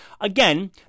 again